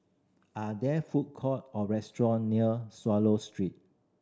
are there food court or restaurant near Swallow Street